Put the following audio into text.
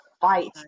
fight